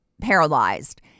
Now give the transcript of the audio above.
paralyzed